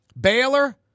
Baylor